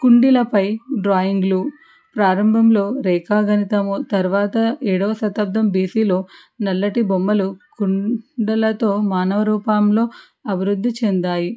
కుండీలపై డ్రాయింగ్లు ప్రారంభంలో రేఖాగణితము తర్వాత ఏడవ శతాబ్దం బీసీలో నల్లటి బొమ్మలు కుండలతో మానవ రూపంలో అభివృద్ధి చెందాయి